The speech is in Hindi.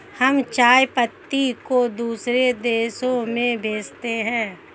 हम चाय पत्ती को दूसरे देशों में भेजते हैं